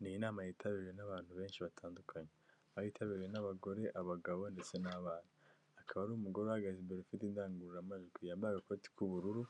Ni inama yitabiriwe n'abantu benshi batandukanye, aho yitabiriwe n'abagore, abagabo, ndetse n'abana, hakaba hari umugore uhagaze imbere ufite indangururamajwi, yambaye agakoti k'ubururu,